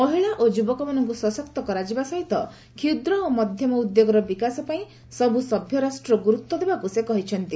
ମହିଳା ଓ ଯୁବକମାନଙ୍କୁ ସଶକ୍ତ କରାଯିବା ସହିତ କ୍ଷୁଦ୍ର ଓ ମଧ୍ୟମ ଉଦ୍ୟୋଗର ବିକାଶ ପାଇଁ ସବୁ ସଭ୍ୟରାଷ୍ଟ୍ର ଗୁରୁତ୍ୱ ଦେବାକୁ ସେ କହିଛନ୍ତି